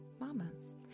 mamas